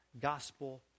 gospel